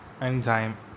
anytime